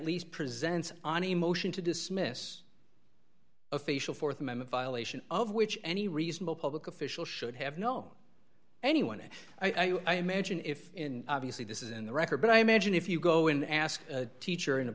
least presents on a motion to dismiss official th amendment violation of which any reasonable public official should have known anyone and i imagine if in obviously this is in the record but i imagine if you go in ask a teacher in a